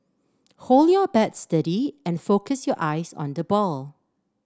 hold your bat steady and focus your eyes on the ball